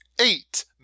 eight